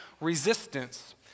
resistance